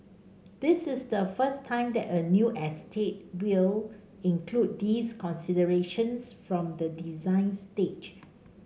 this is the first time that a new estate will include these considerations from the design stage